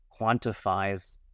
quantifies